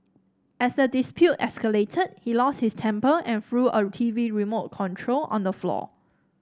as the dispute escalated he lost his temper and threw a T V remote control on the floor